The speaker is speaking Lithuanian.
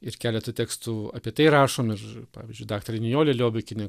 ir keletą tekstų apie tai rašom ir pavyzdžiui daktarė nijolė liobikienė